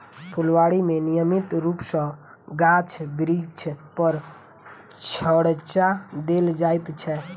फूलबाड़ी मे नियमित रूप सॅ गाछ बिरिछ पर छङच्चा देल जाइत छै